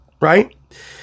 right